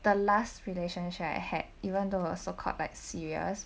the last relationship I had even though was so called like serious